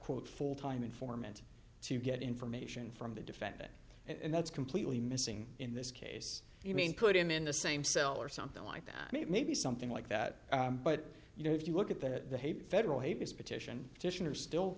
quote full time informant to get information from the defendant and that's completely missing in this case you mean put him in the same cell or something like that maybe something like that but you know if you look at the federal hate this petition titian are still